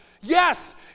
Yes